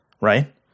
right